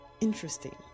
interesting